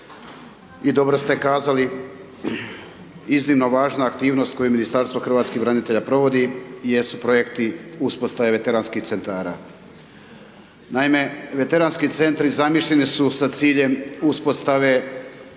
i dobro ste kazali, iznimno važna aktivnost koju Ministarstvo hrvatskih branitelja provodi jesu projekti uspostave Veteranskih Centara. Naime, Veteranski Centri zamišljeni su sa ciljem uspostave